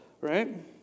right